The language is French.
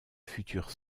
futur